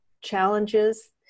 challenges